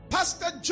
Pastor